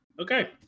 Okay